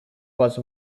was